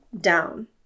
down